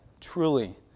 truly